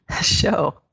show